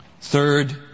Third